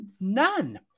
None